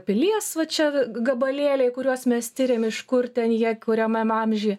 pilies va čia gabalėliai kuriuos mes tiriam iš kur ten jie kuriam amžiuje